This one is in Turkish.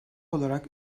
olarak